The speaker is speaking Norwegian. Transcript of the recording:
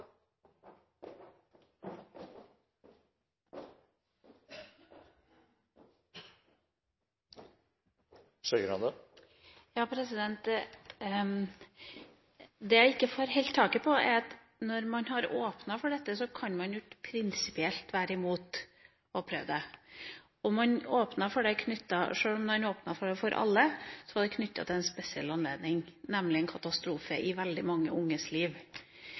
dette, kan man jo ikke prinsipielt være imot å prøve det. Sjøl om man åpnet for det for alle, var det knyttet til en spesiell anledning, nemlig en katastrofe i veldig mange unges liv.